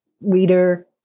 reader